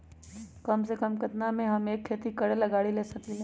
कम से कम केतना में हम एक खेती करेला गाड़ी ले सकींले?